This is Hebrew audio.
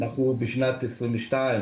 אנחנו בשנת 2022,